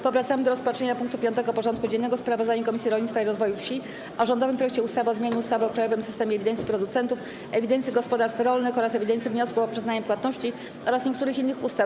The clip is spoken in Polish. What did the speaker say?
Powracamy do rozpatrzenia punktu 5. porządku dziennego: Sprawozdanie Komisji Rolnictwa i Rozwoju Wsi o rządowym projekcie ustawy o zmianie ustawy o krajowym systemie ewidencji producentów, ewidencji gospodarstw rolnych oraz ewidencji wniosków o przyznanie płatności oraz niektórych innych ustaw.